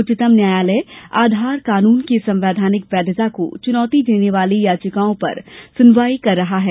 उच्चतम न्यायालय आधार कानून की संवैधानिक वैधता को चुनौती देने वाली याचिकाओं पर सुनवाई कर रहा है